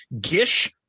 Gish